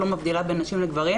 לא מבדילה בין נשים לגברים,